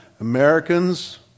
Americans